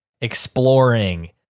exploring